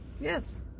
Yes